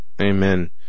Amen